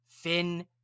Finn